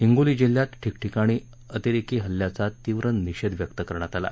हिंगोली जिल्ह्यात ठिकठिकाणी आतेरेकी हल्याचा तीव्र निषेध व्यक्त करण्यात आला